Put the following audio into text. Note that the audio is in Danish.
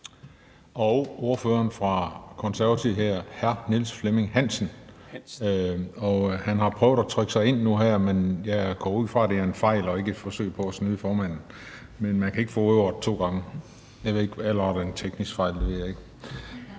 Og ordføreren fra Konservative hedder hr. Niels Flemming Hansen, og han har prøvet at trykke sig ind nu her, men jeg går ud fra, at det er en fejl og ikke et forsøg på at snyde formanden. Men man kan ikke få ordet to gange. Jeg ved ikke, om det var en teknisk fejl. Der var også